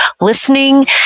listening